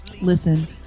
Listen